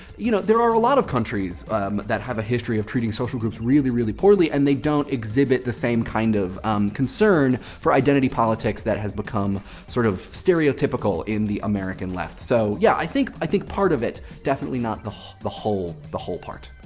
you know, there are a lot of countries that have a history of treating social groups really, really, poorly. and they don't exhibit the same kind of concern for identity politics that has become sort of stereotypical in the american left. so yeah, i think i think part of it, definitely not the the whole part.